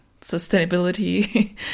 sustainability